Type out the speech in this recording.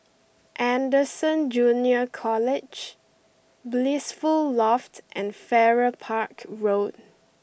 Anderson Junior College Blissful Loft and Farrer Park Road